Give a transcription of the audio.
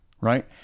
right